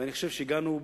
ואני חושב שהגענו,